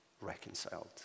reconciled